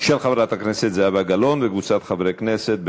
של חברת הכנסת זהבה גלאון וקבוצת חברי הכנסת.